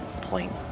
point